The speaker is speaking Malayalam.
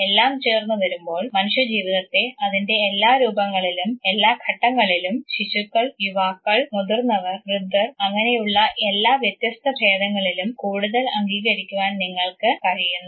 എല്ലാം ചേർന്ന് വരുമ്പോൾ മനുഷ്യജീവിതത്തെ അതിൻറെ എല്ലാ രൂപങ്ങളിലും എല്ലാ ഘട്ടങ്ങളിലും ശിശുക്കൾ യുവാക്കൾ മുതിർന്നവർ വൃദ്ധർ അങ്ങനെയുള്ള എല്ലാ വ്യത്യസ്ത ഭേദങ്ങളിലും കൂടുതൽ അംഗീകരിക്കുവാൻ നിങ്ങൾക്ക് കഴിയുന്നു